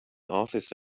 office